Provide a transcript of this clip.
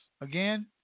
again